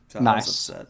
Nice